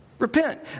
Repent